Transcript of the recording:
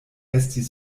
esti